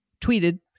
tweeted